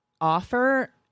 offer